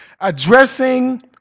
Addressing